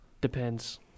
Depends